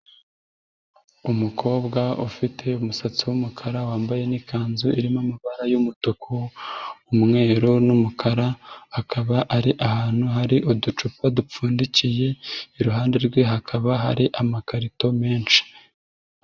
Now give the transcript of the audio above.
Umukobwa ufite umusatsi w'umukara, wambaye n'ikanzu irimo amabatra y'umutuku, umweru n'umukara, akaba ari ahantu hari uducupa dupfundikiye, iruhande rwe hakaba hari amakarito menshi.